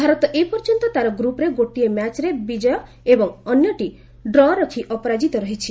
ଭାରତ ଏ ପର୍ଯ୍ୟନ୍ତ ତା'ର ଗ୍ରପ୍ରେ ଗୋଟିଏ ମ୍ୟାଚ୍ରେ ବିଜୟ ଏବଂ ଅନ୍ୟଟି ଡ୍ର ରଖି ଅପରାଜିତ ରହିଛି